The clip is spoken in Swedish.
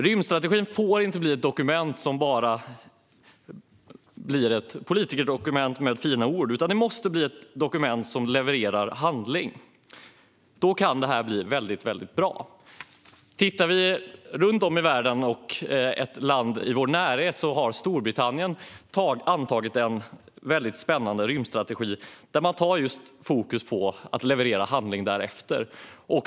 Rymdstrategin får inte bara bli ett politikerdokument med fina ord utan måste bli ett dokument som levererar handling. Då kan det här bli väldigt bra. Ett land i vår närhet, Storbritannien, har antagit en spännande rymdstrategi med fokus på just att leverera handling.